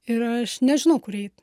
ir aš nežinau kur eit